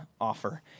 offer